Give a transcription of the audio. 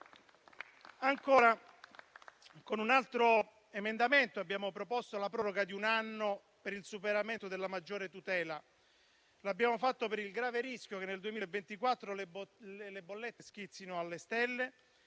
Ancora, con un altro emendamento abbiamo proposto la proroga di un anno per il superamento della maggior tutela. L'abbiamo fatto per il grave rischio che nel 2024 le bollette schizzino alle stelle,